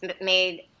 made